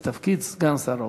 לתפקיד סגן שר האוצר.